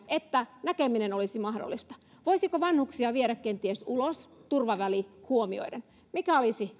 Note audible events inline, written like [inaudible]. että näkeminen olisi mahdollista voisiko vanhuksia viedä kenties ulos turvavälin huomioiden mikä olisi [unintelligible]